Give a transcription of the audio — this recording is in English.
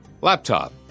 laptop